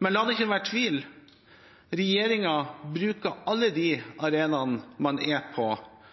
Men la det ikke være tvil: Regjeringen bruker alle de arenaene man er på,